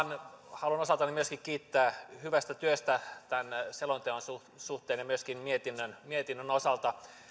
haluan osaltani myöskin kiittää hyvästä työstä tämän selonteon suhteen suhteen ja myöskin mietinnön mietinnön osalta